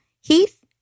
Heath